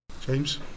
James